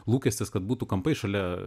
lūkestis kad būtų kampai šalia